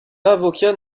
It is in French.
avocat